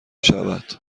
شود